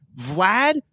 Vlad